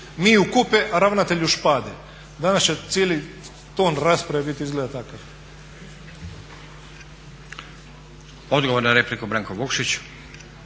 mi u kupe a ravnatelj u špade. Danas će cijeli ton rasprave biti izgleda takav.